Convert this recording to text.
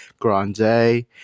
grande